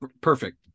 Perfect